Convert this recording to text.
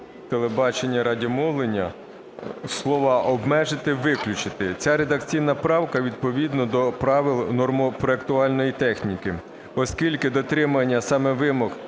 телебачення і радіомовлення" слова "обмежити" виключити. Ця редакційна правка відповідно до правил нормо-проектувальної техніки. Оскільки дотримання саме вимог